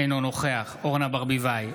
אינו נוכח אורנה ברביבאי,